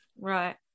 Right